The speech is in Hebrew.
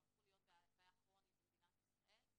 הפכו להיות בעיה כרונית במדינת ישראל.